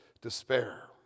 despair